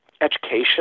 Education